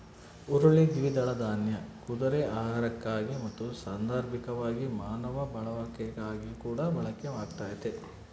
ಹುರುಳಿ ದ್ವಿದಳ ದಾನ್ಯ ಕುದುರೆ ಆಹಾರಕ್ಕಾಗಿ ಮತ್ತು ಸಾಂದರ್ಭಿಕವಾಗಿ ಮಾನವ ಬಳಕೆಗಾಗಿಕೂಡ ಬಳಕೆ ಆಗ್ತತೆ